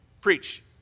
Preach